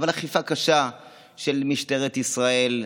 אבל אכיפה קשה של משטרת ישראל.